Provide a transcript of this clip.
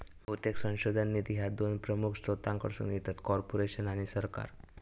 बहुतेक संशोधन निधी ह्या दोन प्रमुख स्त्रोतांकडसून येतत, कॉर्पोरेशन आणि सरकार